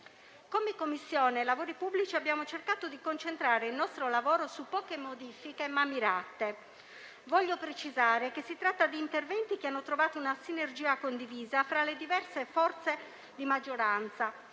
In Commissione lavori pubblici abbiamo cercato di concentrare il nostro lavoro su poche, ma mirate modifiche. Voglio precisare che si tratta di interventi che hanno trovato una sinergia condivisa fra le diverse forze di maggioranza,